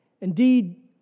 Indeed